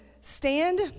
stand